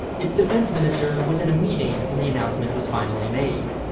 its defense minister was in a meeting when the announcement was finally made.